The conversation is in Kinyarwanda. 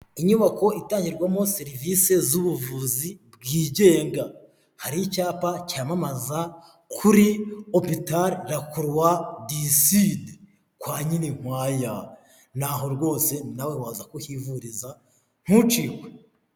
Inyubako itangirwamo serivisi zubuvuzi bwigenga. Hari icyapa cyamamaza kuri opitare rakorowasi diside kwa nyirinkwaya. Naho rwose nawe waza kuhivuriza, ntucikwe.